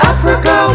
Africa